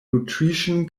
nutrition